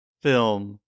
film